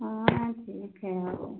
हाँ ठीक है आ जाओ